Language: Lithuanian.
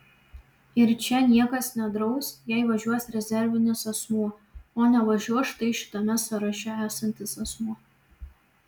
ir čia niekas nedraus jei važiuos rezervinis asmuo o nevažiuos štai šitame sąraše esantis asmuo